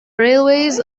railways